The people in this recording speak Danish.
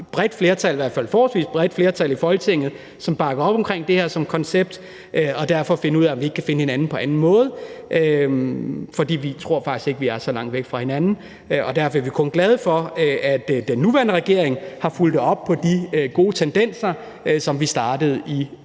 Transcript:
bredt flertal, i Folketinget, som bakker op om det her som koncept, og at vi finder ud af, om vi ikke kan finde hinanden på anden måde, for vi tror faktisk ikke, at vi er så langt fra hinanden. Derfor er vi kun glade for, at den nuværende regering har fulgt op på de gode tendenser, som vi startede i